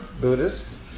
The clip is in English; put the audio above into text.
Buddhist